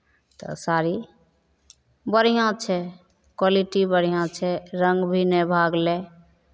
तऽ साड़ी बढिऑं छै क्वलिटी बढिऑं छै रंग भी नहि भागलै